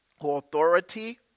authority